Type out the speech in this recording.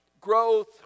growth